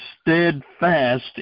steadfast